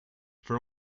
for